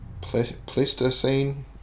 Pleistocene